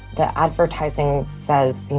the advertising says,